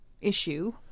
issue